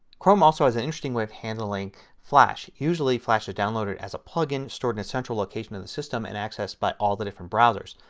chrome also has an interesting way of handling flash. usually flash is downloaded as a plugin, stored in a central location in the system, and accessed by all the different browsers.